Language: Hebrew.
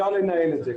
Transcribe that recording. אפשר לנהל את זה.